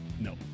no